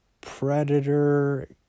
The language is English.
predator